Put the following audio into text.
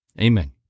amen